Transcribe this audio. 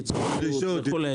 ייצוגיות וכו',